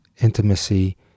intimacy